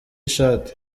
ishati